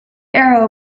arrow